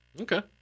Okay